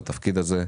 לתפקיד הזה,